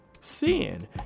sin